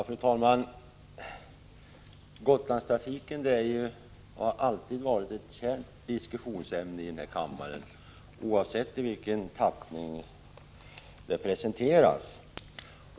Fru talman! Gotlandstrafiken är och har alltid varit ett kärt diskussionsämne i den här riksdagen, oavsett i vilken tappning som ämnet presenteras.